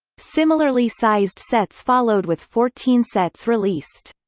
similarly sized sets followed with fourteen sets released.